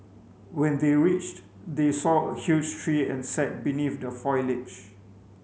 when they reached they saw a huge tree and sat beneath the foliage